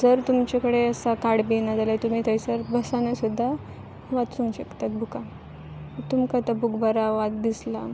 जर तुमचे कडेन असां कार्ड बी ना जाल्यार तुमी थंयसर बसान सुद्दां वाचूंक शकतात बुकां तुमकां तो बूक बरा वाद दिसलां